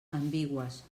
ambigües